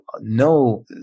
no